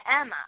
Emma